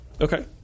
Okay